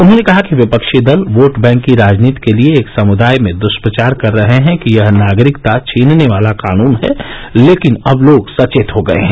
उन्होंने कहा कि विपक्षी दल वोट बैंक की राजनीति के लिए एक समूदाय में दू प्रचार कर रहे हैं कि यह नागरिकता छीनने वाला कानून है लेकिन अब लोग सचेत हो गए हैं